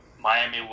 Miami